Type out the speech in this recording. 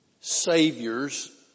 saviors